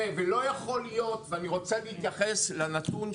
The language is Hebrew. אני רוצה להתייחס לנטפליקס